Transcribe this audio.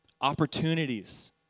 Opportunities